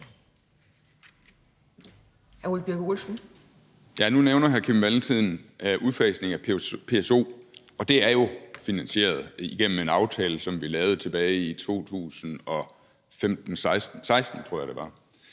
nu nævner hr. Kim Valentin udfasningen af PSO, og det er jo finansieret igennem en aftale, som vi lavede tilbage i 2016,